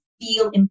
feel